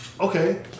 okay